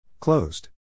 Closed